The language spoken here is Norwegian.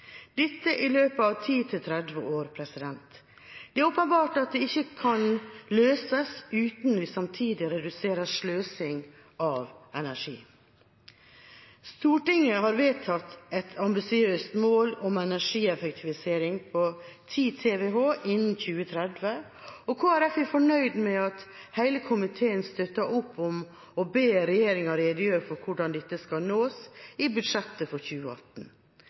dette i løpet av 10–30 år. Det er åpenbart at dette ikke kan løses uten at vi samtidig reduserer sløsing med energi. Stortinget har vedtatt et ambisiøst mål om energieffektivisering på 10 TWh innen 2030, og Kristelig Folkeparti er fornøyd med at hele komiteen støtter opp om å be regjeringa redegjøre for hvordan dette skal nås, i budsjettet for 2018.